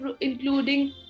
including